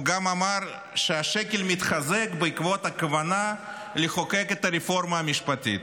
הוא גם אמר שהשקל מתחזק בעקבות הכוונה לחוקק את הרפורמה המשפטית.